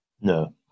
No